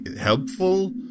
helpful